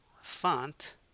Font